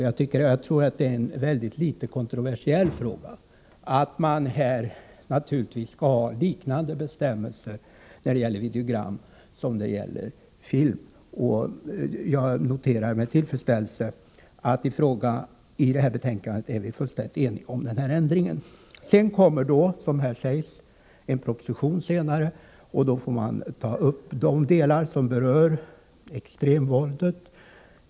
Jag tror att detta är en väldigt litet kontroversiell fråga. Naturligtvis skall man ha liknande bestämmelser när det gäller videogram som när det gäller film, och jag noterar med tillfredsställelse att vi i detta betänkande är fullständigt eniga om den ändringen. Senare kommer en proposition, och då får man ta upp de delar som berör extremvåldet.